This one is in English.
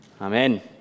Amen